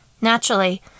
Naturally